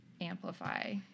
amplify